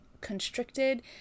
constricted